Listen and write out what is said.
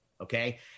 Okay